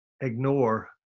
ignore